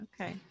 Okay